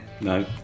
No